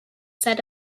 set